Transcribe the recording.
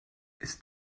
ist